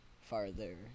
farther